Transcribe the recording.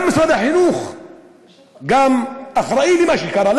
גם משרד החינוך אחראי למה שקרה.